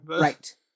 Right